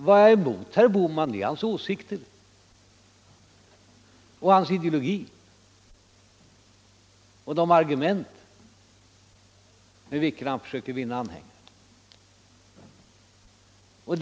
Vad jag har emot herr Bohman är hans åsikter, hans ideologi och de argument med vilka han försöker vinna anhängare.